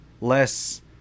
less